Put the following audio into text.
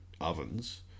ovens